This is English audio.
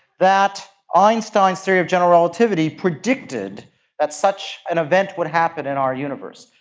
that einstein's theory of general relativity predicted that such an event would happen in our universe,